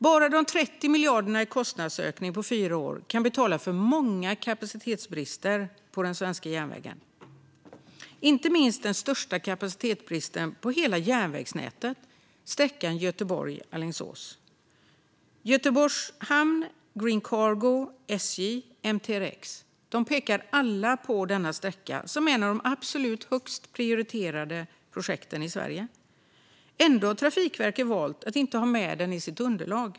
Bara de 30 miljarderna i kostnadsökning på fyra år kan betala för många kapacitetsbrister på den svenska järnvägen, inte minst den största kapacitetsbristen i hela järnvägsnätet: sträckan Göteborg-Alingsås. Göteborgs Hamn, Green Cargo, SJ och MTRX pekar alla på denna sträcka som ett av de absolut högst prioriterade projekten i Sverige. Ändå har Trafikverket valt att inte ha med den i sitt underlag.